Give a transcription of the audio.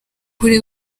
kuri